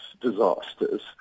disasters